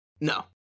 No